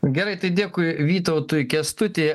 gerai tai dėkui vytautui kęstuti